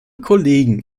kollegen